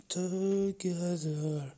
together